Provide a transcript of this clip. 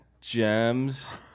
gems